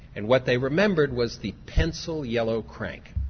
and what they remembered was the pencil-yellow crank,